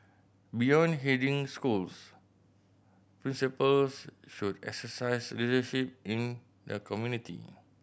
beyond heading schools principals should exercise leadership in the community